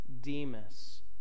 Demas